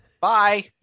bye